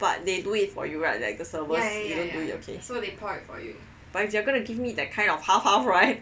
but they do it for you right like the servers right you don't do it for you okay but if they are going to give me that kind of half half right